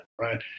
right